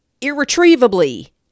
irretrievably